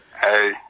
Hey